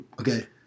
Okay